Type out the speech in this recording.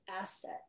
asset